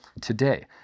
today